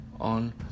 on